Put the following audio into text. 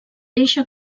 eixa